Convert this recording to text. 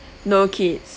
no kids